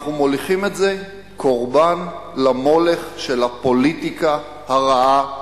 אנחנו מוליכים את זה קורבן למולך של הפוליטיקה הרעה,